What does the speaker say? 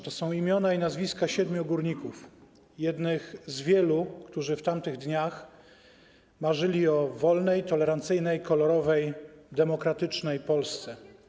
To są imiona i nazwiska siedmiu górników, jednych z wielu, którzy w tamtych dniach marzyli o wolnej, tolerancyjnej, kolorowej, demokratycznej Polsce.